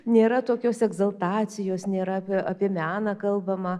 nėra tokios egzaltacijos nėra apie apie meną kalbama